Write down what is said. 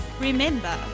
Remember